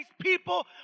people